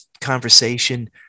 conversation